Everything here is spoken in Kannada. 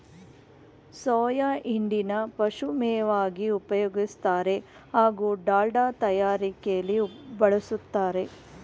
ಸೋಯಾ ಹಿಂಡಿನ ಪಶುಮೇವಾಗಿ ಉಪಯೋಗಿಸ್ತಾರೆ ಹಾಗೂ ದಾಲ್ಡ ತಯಾರಿಕೆಲಿ ಬಳುಸ್ತಾರೆ